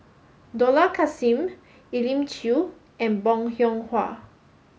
Dollah Kassim Elim Chew and Bong Hiong Hwa